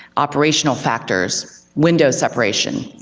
operational factors, window separation,